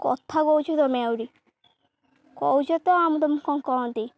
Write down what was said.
କଥା କହୁଛ ତମେ ଆହୁରି କହୁଛ ତ ଆମ ତମକୁ କ'ଣ କହନ୍ତି